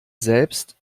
selbst